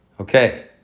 Okay